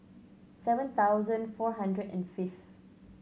seven thousand four hundred and fifth